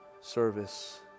service